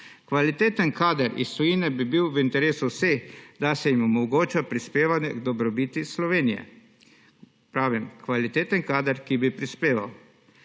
Kvaliteten kader iz tujine bi bil v interesu vseh, da se jim omogoči, da prispevajo k dobrobiti Slovenije. Pravim, kvaliteten kader, ki bi prispeval,